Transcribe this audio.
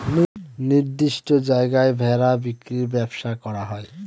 নির্দিষ্ট জায়গায় ভেড়া বিক্রির ব্যবসা করা হয়